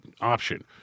option